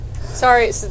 Sorry